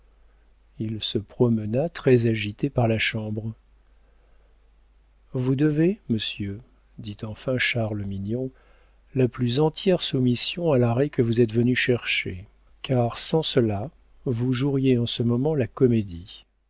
il se promena très agité par la chambre vous devez monsieur dit enfin charles mignon la plus entière soumission à l'arrêt que vous êtes venu chercher car sans cela vous joueriez en ce moment la comédie